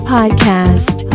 Podcast